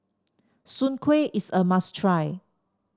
Soon Kueh is a must try